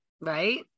right